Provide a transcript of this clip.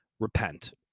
repent